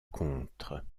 contre